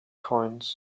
coins